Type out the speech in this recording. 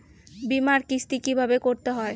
বিমার কিস্তি কিভাবে করতে হয়?